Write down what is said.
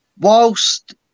whilst